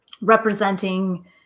representing